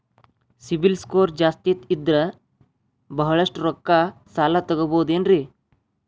CIBIL score ಜಾಸ್ತಿ ಇದ್ರ ಬಹಳಷ್ಟು ರೊಕ್ಕ ಸಾಲ ತಗೋಬಹುದು ಏನ್ರಿ?